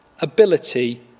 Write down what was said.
ability